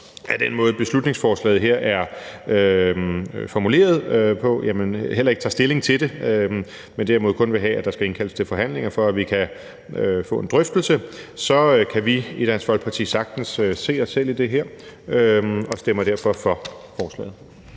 i den måde, som det er formuleret på, heller ikke tager stilling til det, men derimod kun vil have, at der skal indkaldes til forhandlinger, for at vi kan få en drøftelse, så kan vi i Dansk Folkeparti sagtens se os selv i det her og stemmer derfor for forslaget.